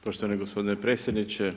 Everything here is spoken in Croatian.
Poštovani gospodine predsjedniče.